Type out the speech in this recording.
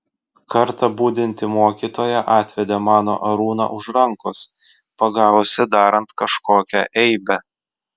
kartą budinti mokytoja atvedė mano arūną už rankos pagavusi darant kažkokią eibę